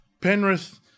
penrith